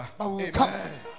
amen